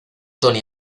tony